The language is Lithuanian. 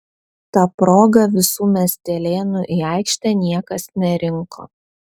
ta proga visų miestelėnų į aikštę niekas nerinko